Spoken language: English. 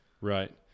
Right